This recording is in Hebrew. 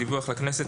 דיווח לכנסת.